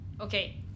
okay